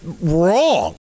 wrong